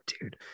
dude